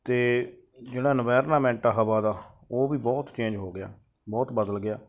ਅਤੇ ਜਿਹੜਾ ਇਨਵਾਇਰਨਾਮੈਂਟ ਆ ਹਵਾ ਦਾ ਉਹ ਵੀ ਬਹੁਤ ਚੇਂਜ ਹੋ ਗਿਆ ਬਹੁਤ ਬਦਲ ਗਿਆ